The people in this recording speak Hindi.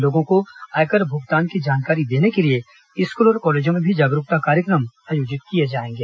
लोगों को आयकर भुगतान की जानकारी देने के लिए स्कूल और कॉलेजों में भी जागरूकता कार्यक्रम आयोजित किए जाएंगे